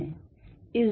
इस दूरी को r2 मानते हैं